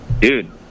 Dude